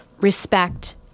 respect